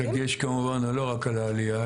הדגש כמובן לא רק על העלייה,